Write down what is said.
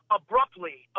abruptly